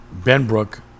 Benbrook